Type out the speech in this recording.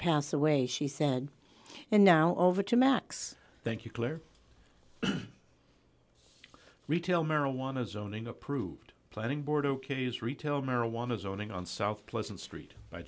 passed away she said and now over to max thank you claire retail marijuana zoning approved planning board ok's retail marijuana zoning on south pleasant street by